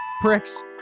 pricks